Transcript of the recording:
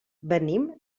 venim